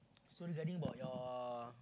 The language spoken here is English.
so regarding about your